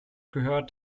gehört